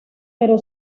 pero